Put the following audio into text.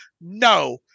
No